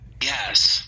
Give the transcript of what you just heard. yes